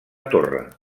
torre